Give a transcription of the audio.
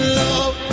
love